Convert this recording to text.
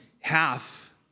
half